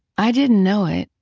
i didn't know it,